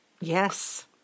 Yes